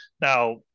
Now